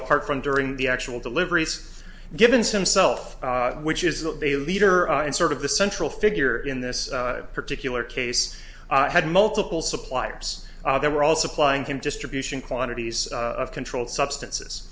apart from during the actual deliveries given some self which is that of a leader and sort of the central figure in this particular case had multiple suppliers they were all supplying him distribution quantities of controlled substances